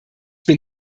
bin